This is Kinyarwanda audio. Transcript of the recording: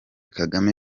kagame